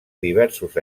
diversos